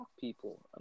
people